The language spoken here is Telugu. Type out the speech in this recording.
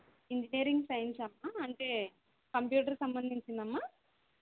ఇంజనీరింగ్ సైన్సా అమ్మా అంటే కంప్యూటర్కి సంబంధించిందమ్మా